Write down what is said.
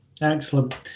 excellent